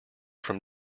from